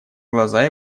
глаза